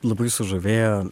labai sužavėjo